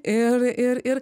ir ir ir